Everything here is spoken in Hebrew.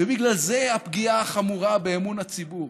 ובגלל זה הפגיעה החמורה באמון הציבור.